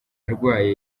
arwaye